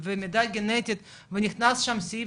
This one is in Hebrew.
מידע גנטית ונכנס שם סעיף,